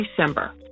December